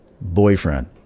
boyfriend